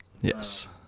Yes